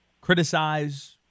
criticize